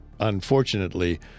Unfortunately